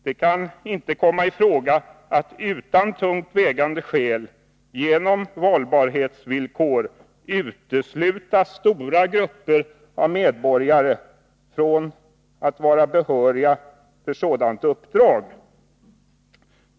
Det kan inte komma i fråga att utan tungt vägande skäl genom valbarhetsvillkor utesluta stora grupper av medborgare från att vara behöriga för sådant uppdrag.